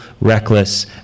reckless